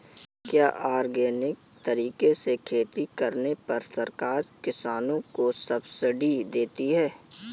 क्या ऑर्गेनिक तरीके से खेती करने पर सरकार किसानों को सब्सिडी देती है?